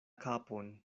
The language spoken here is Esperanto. kapon